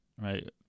right